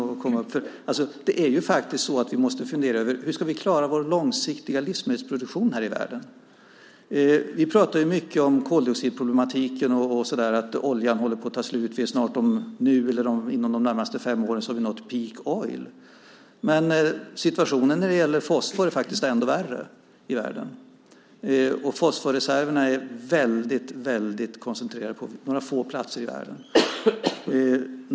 Vi måste faktiskt fundera på hur vi ska klara vår långsiktiga livsmedelsproduktion här i världen. Vi pratar mycket om koldioxidproblematiken och om att oljan håller på att ta slut. Inom de närmaste fem åren har vi nått peak oil . Men situationen i världen när det gäller fosfor är ännu värre. Fosforreserverna är mycket koncentrerade till några få platser i världen.